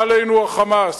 בא עלינו ה"חמאס".